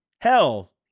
Hell